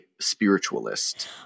spiritualist